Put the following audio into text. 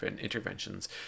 interventions